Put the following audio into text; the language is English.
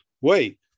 wait